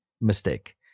Mistake